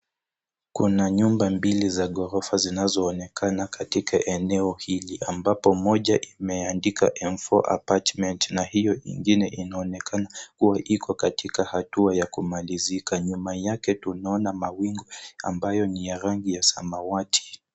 Kuna nyumba mbili za ghorofa zinazoonekana katika eneo hili ambapo moja imeandikwa,M four apartment, na hio ingine inaonekana kuwa iko katika hatua za kumalizika. Nyuma yake tunaona mawingu ambayo ni ya rangi ya samawati.